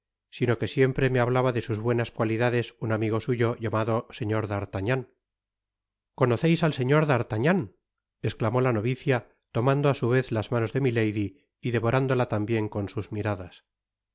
sino que siempre me hablaba de sus buenas calidades un amigo suyo llamado señor d'artagnao conoceis al señor d'artagnan esclamó la novicia tomando á su vez las manos de milady y devorándola tambien con sus miradas